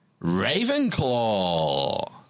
Ravenclaw